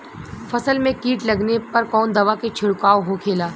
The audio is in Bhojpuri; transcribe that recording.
फसल में कीट लगने पर कौन दवा के छिड़काव होखेला?